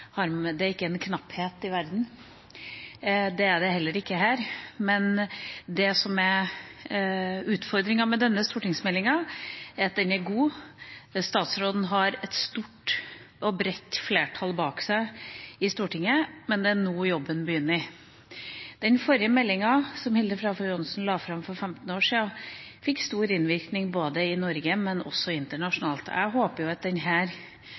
Det er ingen knapphet på det i verden. Det er det heller ikke her. Det som er utfordringa med denne stortingsmeldinga, er at den er god, statsråden har et stort og bredt flertall bak seg i Stortinget, men det er nå jobben begynner. Den forrige meldinga, som Hilde Frafjord Johnson la fram for 15 år siden, fikk stor innvirkning både i Norge og internasjonalt. Jeg håper at